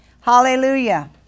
Hallelujah